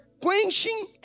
quenching